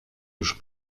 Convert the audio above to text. już